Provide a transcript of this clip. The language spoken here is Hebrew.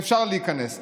אפשר להיכנס,